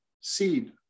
seed